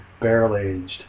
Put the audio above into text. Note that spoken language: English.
Barrel-Aged